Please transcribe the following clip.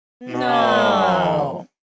No